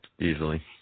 Easily